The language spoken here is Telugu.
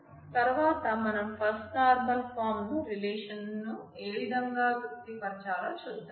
తర్వాత మనం ఫస్ట్ నార్మల్ ఫామ్ ను ఏవిధం గా తృప్తి పరచాలో చూద్దాం